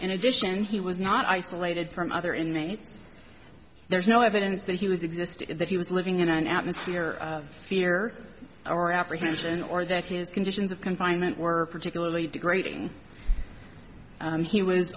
in addition he was not isolated from other inmates there's no evidence that he was existing that he was living in an atmosphere of fear or apprehension or that his conditions of confinement were particularly degrading and he was